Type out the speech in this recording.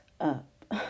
up